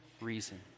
reason